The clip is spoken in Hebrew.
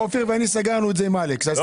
אופיר ואני סגרנו את זה עם אלכס.